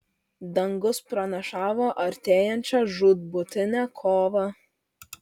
dangus pranašavo artėjančią žūtbūtinę kovą